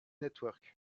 network